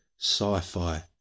sci-fi